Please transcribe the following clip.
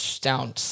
down